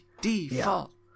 Default